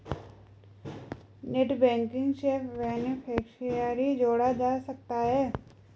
net banking से beneficiary जोड़ा जा सकता है